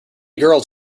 girls